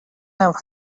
have